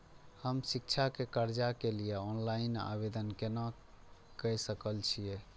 हम शिक्षा के कर्जा के लिय ऑनलाइन आवेदन केना कर सकल छियै?